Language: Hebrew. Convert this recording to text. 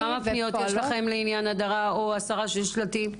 כמה פניות יש לכם לעניין הדרה או הסרה של שלטים?